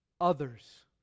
others